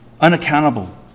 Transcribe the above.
Unaccountable